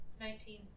Nineteen